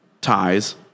ties